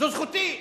זו זכותי.